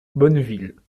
bonneville